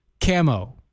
Camo